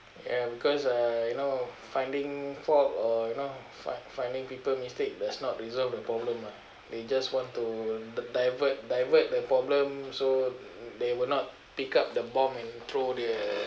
ya because uh you know finding fault or you know fi~ finding people mistake does not resolve the problem ah they just want to d~ divert divert the problem so they will not pick up the bomb and throw the